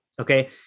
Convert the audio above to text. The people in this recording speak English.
Okay